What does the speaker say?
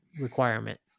requirement